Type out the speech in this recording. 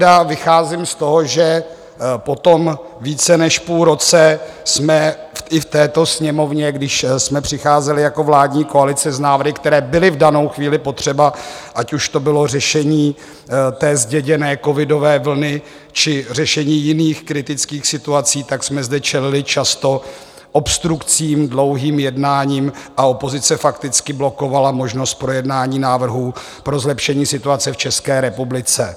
Já tedy vycházím z toho, že po tom více než půl roce jsme i v této Sněmovně, když jsme přicházeli jako vládní koalice s návrhy, které byly v danou chvíli potřeba, ať už to bylo řešení té zděděné covidové vlny, či řešení jiných kritických situací, tak jsme zde čelili často obstrukcím, dlouhým jednáním a opozice fakticky blokovala možnost projednání návrhů pro zlepšení situace v České republice.